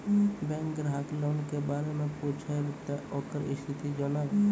Bank ग्राहक loan के बारे मैं पुछेब ते ओकर स्थिति जॉनब?